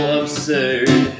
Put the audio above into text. absurd